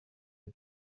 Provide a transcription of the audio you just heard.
ces